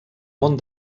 món